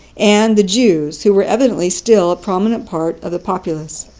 and the jews who were evidently still a prominent part of the populace.